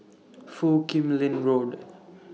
Foo Kim Lin Road